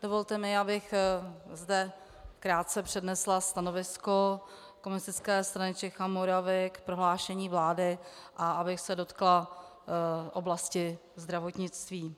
Dovolte mi, abych zde krátce přednesla stanovisko Komunistické strany Čech a Moravy k prohlášení vlády a abych se dotkla oblasti zdravotnictví.